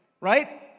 Right